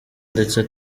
ndetse